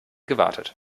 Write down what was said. gewartet